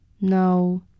No